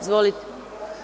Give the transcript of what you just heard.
Izvolite.